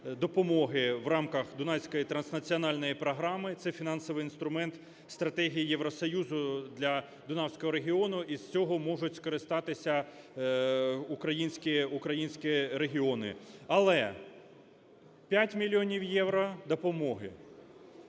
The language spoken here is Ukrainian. в рамках Дунайської транснаціональної програми. Це фінансовий інструмент стратегії Євросоюзу для Дунайського регіону, і з цього можуть скористатися українські регіони. Але 5 мільйонів євро допомоги,